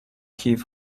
کیف